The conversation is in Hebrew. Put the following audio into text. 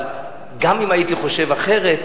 אבל גם אם הייתי חושב אחרת,